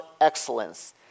excellence